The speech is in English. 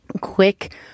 quick